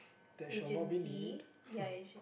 that shall not be named